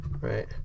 Right